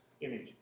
image